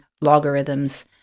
logarithms